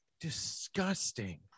disgusting